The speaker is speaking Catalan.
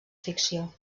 ficció